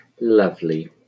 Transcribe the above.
Lovely